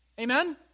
Amen